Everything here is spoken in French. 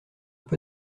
peu